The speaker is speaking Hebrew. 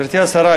גברתי השרה,